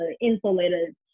insulated